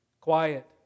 quiet